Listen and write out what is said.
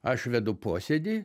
aš vedu posėdį